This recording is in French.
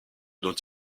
dont